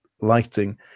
lighting